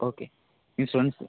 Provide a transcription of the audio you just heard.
okay insurance